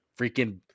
freaking